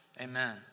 Amen